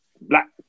black